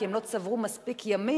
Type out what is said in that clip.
כי הם לא צברו מספיק ימים.